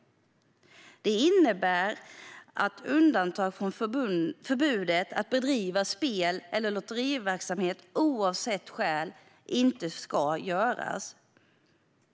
Det innebär att undantag från förbudet att bedriva spel eller lotteriverksamhet på kredit, oavsett skäl, inte ska få göras.